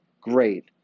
great